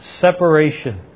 separation